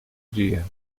dia